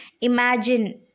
imagine